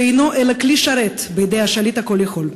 שאינו אלא כלי שרת בידי השליט הכול-יכול.